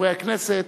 האדמו"ר מוויז'ניץ,